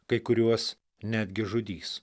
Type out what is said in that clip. kai kuriuos netgi žudys